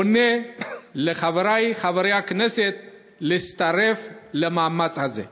אני פונה לחברי חברי הכנסת להצטרף למאמץ הזה.